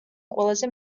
ყველაზე